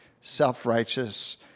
self-righteous